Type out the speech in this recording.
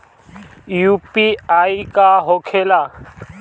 UPI का होखेला?